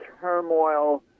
turmoil